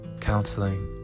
counseling